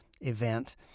event